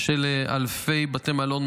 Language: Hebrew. של אלפי בתי מלון,